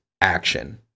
action